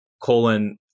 colon